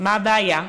מה הבעיה?